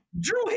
Drew